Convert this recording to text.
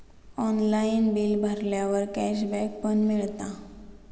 online बिला भरल्यावर cashback पण मिळता